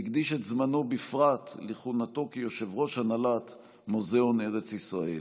והקדיש את זמנו בפרט לכהונתו כיושב-ראש הנהלת מוזיאון ארץ ישראל.